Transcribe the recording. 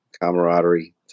camaraderie